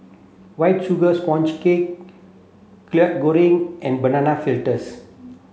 white sugar sponge cake Kwetiau Goreng and banana fritters